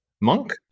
Monk